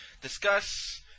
discuss